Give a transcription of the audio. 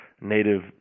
native